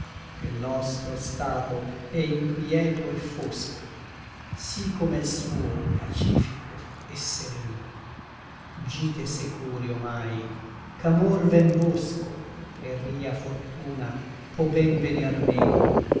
che l nostro stato è inquïeto et fosco sí come l suo pacifico et sereno gite securi omai ch'amor vèn vosco et ria fortuna pò ben venir meno